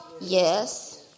Yes